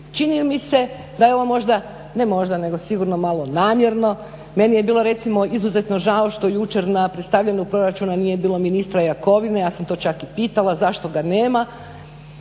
čini mi se da je ovo možda, ne možda, nego sigurno malo namjerno. Meni je bilo recimo izuzetno žao što jučer na predstavljanju proračuna nije bilo ministra Jakovine. Ja sam to čak i pitala zašto ga nema?